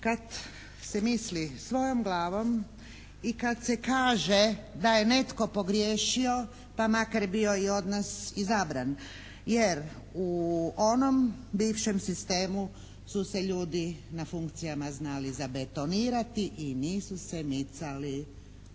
kad se misli svojom glavom i kad se kaže da je netko pogriješio pa makar bio i od nas izabran. Jer u onom bivšem sistemu su se ljudi na funkcijama znali zabetonirati i nisu se micali